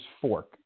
Fork